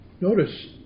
notice